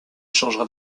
changera